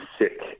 sick